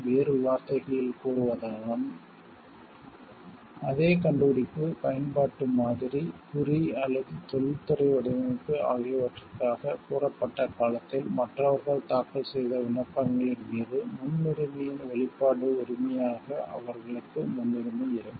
வேறு வார்த்தைகளில் கூறுவதானால் அதே கண்டுபிடிப்பு பயன்பாட்டு மாதிரி குறி அல்லது தொழில்துறை வடிவமைப்பு ஆகியவற்றிற்காகக் கூறப்பட்ட காலத்தில் மற்றவர்கள் தாக்கல் செய்த விண்ணப்பங்களின் மீது முன்னுரிமையின் வெளிப்பாடு உரிமையாக அவர்களுக்கு முன்னுரிமை இருக்கும்